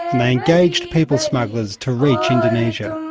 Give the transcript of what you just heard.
and they engaged people smugglers to reach indonesia.